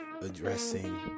Addressing